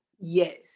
yes